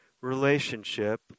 relationship